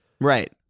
right